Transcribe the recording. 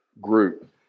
group